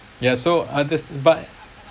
ya so others but